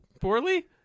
poorly